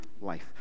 life